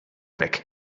weg